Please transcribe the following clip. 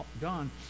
gone